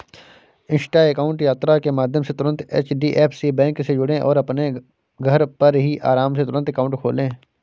Insta account यात्रा के माध्यम से तुरंत एच.डी.एफ.सी बैंक से जुड़ें और अपने घर पर ही आराम से तुरंत अकाउंट खोले